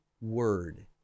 word